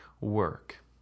work